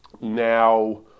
Now